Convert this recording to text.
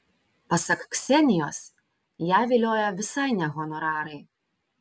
pasak ksenijos ją vilioja visai ne honorarai